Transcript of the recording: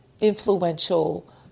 influential